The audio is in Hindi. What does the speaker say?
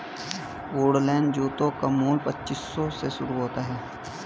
वुडलैंड जूतों का मूल्य पच्चीस सौ से शुरू होता है